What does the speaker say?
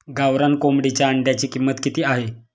गावरान कोंबडीच्या अंड्याची किंमत किती आहे?